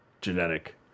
genetic